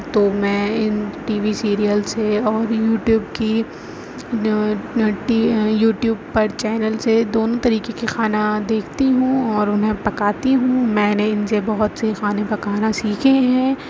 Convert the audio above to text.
تو میں ان ٹی وی سیریلس سے اور بھی یوٹیوب کی یوٹیوب پر چینلس سے دونوں طریقے کے کھانا دیکھتی ہوں اور انہیں پکاتی ہوں میں نے ان سے بہت سے کھانا پکانا سیکھے ہیں